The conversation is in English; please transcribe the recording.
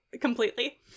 completely